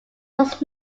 was